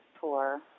tour